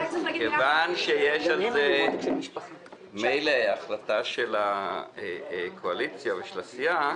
כיוון שיש על זה מילא החלטה של הקואליציה ושל הסיעה,